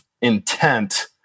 intent